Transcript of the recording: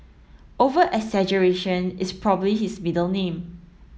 over exaggeration is probably his middle name